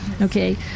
Okay